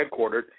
headquartered